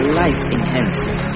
life-enhancing